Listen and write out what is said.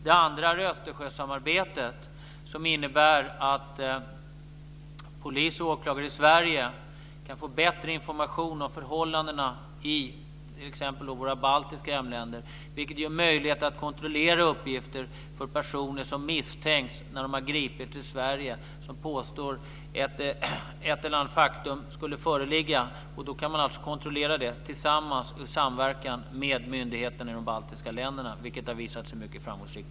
Det andra är Östersjösamarbetet, som innebär att polis och åklagare i Sverige kan få bättre information om förhållandena i t.ex. våra baltiska grannländer. Det gör det möjligt att kontrollera uppgifter från personer som misstänks när de har gripits i Sverige. När de påstår att ett eller annat faktum skulle föreligga kan man kontrollera det tillsammans och i samverkan med myndigheterna i de baltiska länderna. Det har också visat sig vara mycket framgångsrikt.